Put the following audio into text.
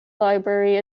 library